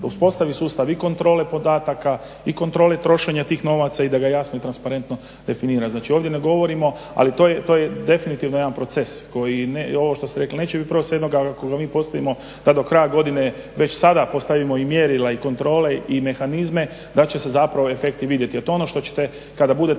da uspostavi sustav i kontrole podataka i kontrole trošenja tih novaca i da ga jasno i transparentno definira. Znači, ovdje ne govorimo, ali to je definitivno jedan proces koji ovo što ste rekli neće biti 1.07. ali ako ga mi postavimo da do kraja godine već sada postavimo i mjerila i kontrole i mehanizme da će se zapravo efekti vidjeti. A to je ono što ćete kada budete